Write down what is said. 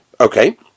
okay